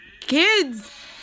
kids